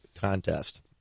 contest